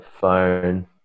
phone